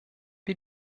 wir